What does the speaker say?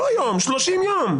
לא היום, תוך 30 ימים.